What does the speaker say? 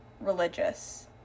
religious